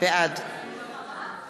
בעד